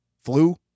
flu